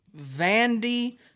Vandy